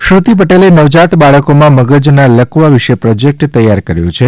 શ્રુતી પટેલે નવજાત બાળકોમાં મગજના લકવા વિશે પ્રોજેકટ તૈયાર કર્યા છે